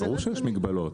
תקרא,